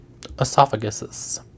esophaguses